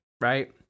right